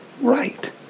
right